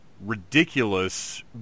ridiculous